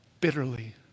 bitterly